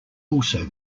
also